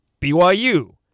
BYU